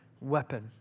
weapon